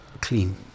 clean